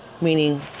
Meaning